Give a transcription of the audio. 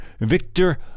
Victor